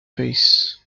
face